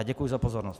Děkuji za pozornost.